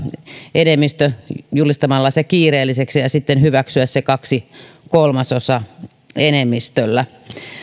enemmistö julistamalla se kiireelliseksi ja ja sitten hyväksyä se kahden kolmasosan enemmistöllä